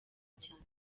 cyane